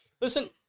Listen